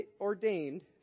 ordained